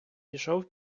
пішов